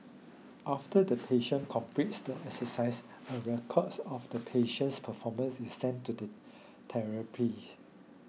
after the patient completes the exercise a record of the patient's performance is sent to the therapist